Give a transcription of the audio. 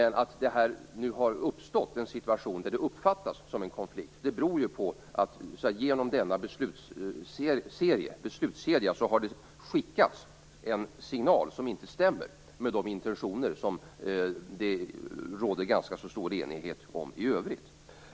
Nu har det ändå uppstått en situation som upppfattas som en konflikt, och det beror på att det genom denna beslutsserie har skickats en signal som inte stämmer med de intentioner som det råder ganska stor enighet om i övrigt.